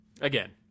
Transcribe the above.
Again